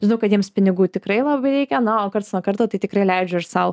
žinau kad jiems pinigų tikrai labai reikia na o karts nuo karto tai tikrai leidžiu ir sau